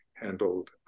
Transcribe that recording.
handled